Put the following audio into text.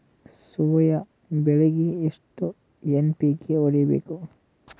Soya ಬೆಳಿಗಿ ಎಷ್ಟು NPK ಹೊಡಿಬೇಕು?